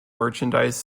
merchandise